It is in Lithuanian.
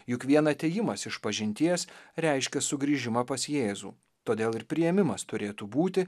juk vien atėjimas išpažinties reiškia sugrįžimą pas jėzų todėl ir priėmimas turėtų būti